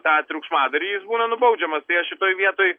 tą triukšmadarį jis būna nubaudžiamas tai aš šitoj vietoj